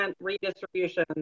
redistribution